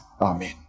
Amen